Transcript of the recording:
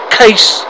case